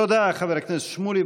תודה, חבר הכנסת שמולי.